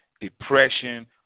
depression